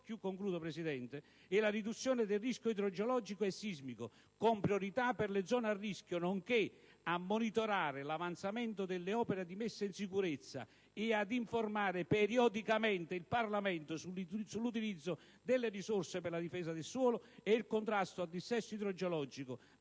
sicurezza del territorio e la riduzione del rischio idrogeologico e sismico, con priorità per le zone a rischio, nonché di monitorare l'avanzamento delle opere di messa in sicurezza e di informare periodicamente il Parlamento sull'utilizzo delle risorse per la difesa del suolo e il contrasto al dissesto idrogeologico,